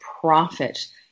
profit